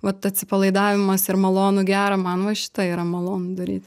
vat atsipalaidavimas ir malonu gera man va šitą yra malonu daryti